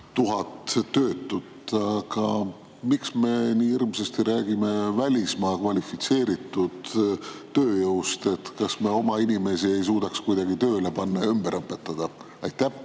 000 töötut. Aga miks me nii hirmsasti räägime välismaa kvalifitseeritud tööjõust, kas me oma inimesi ei suudaks kuidagi tööle panna ja ümber õpetada? Austatud